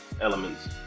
elements